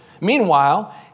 Meanwhile